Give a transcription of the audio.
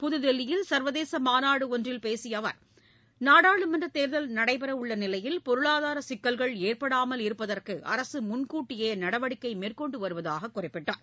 புதுதில்லியில் சர்வதேச மாநாடு ஒன்றில் பேசிய அவர் நாடாளுமன்ற தேர்தல் நடைபெறவுள்ள நிலையில் பொருளாதார சிக்கல்கள் ஏற்படாமல் இருப்பதற்கு அரசு முன்கூட்டியே நடவடிக்கை மேற்கொண்டு வருவதாக குறிப்பிட்டார்